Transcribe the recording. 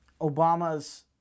Obama's